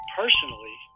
personally